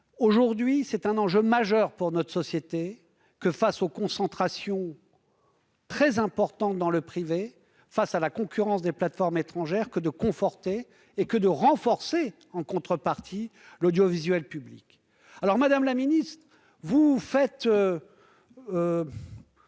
aujourd'hui un enjeu majeur pour notre société, face aux concentrations très importantes dans le secteur privé et à la concurrence des plateformes étrangères, que de conforter et de renforcer, en contrepartie, l'audiovisuel public. Madame la ministre, vous chantez